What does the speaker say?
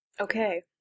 Okay